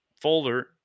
folder